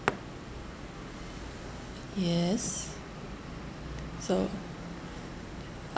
yes so